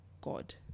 God